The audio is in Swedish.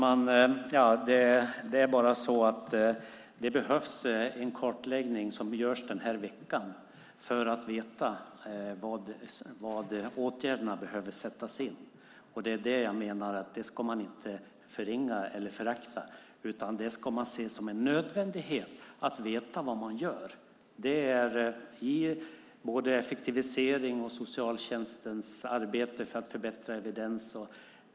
Herr talman! Det behövs en kartläggning - den görs den här veckan - för att veta var åtgärderna behöver sättas in. Det är det jag menar att man inte ska förringa eller förakta. I stället ska det ses som en nödvändighet för att veta vad man ska göra. Det ger en effektivisering av socialtjänstens arbete och förbättrar evidensen.